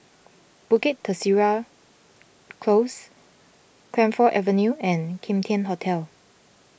Bukit Teresa Close Camphor Avenue and Kim Tian Hotel